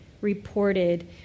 reported